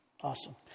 Awesome